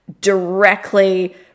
directly